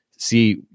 see